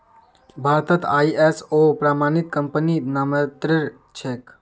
भारतत आई.एस.ओ प्रमाणित कंपनी नाममात्रेर छेक